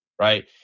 right